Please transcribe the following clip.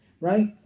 right